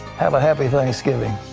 have a happy thanksgiving.